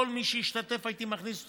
כל מי שהשתתף הייתי מכניס אותו,